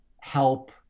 help